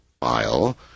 file